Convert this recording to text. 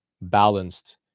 balanced